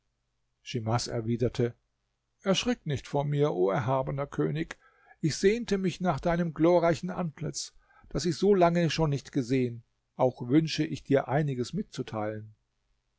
erwiderte erschrick nicht vor mir o erhabener könig ich sehnte mich nach deinem glorreichen antlitz das ich so lange schon nicht gesehen auch wünsche ich dir einiges mitzuteilen